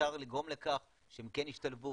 שאפשר לגרום לכך שהם כן ישתלבו,